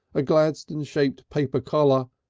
a gladstone-shaped paper collar,